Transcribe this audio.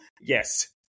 Yes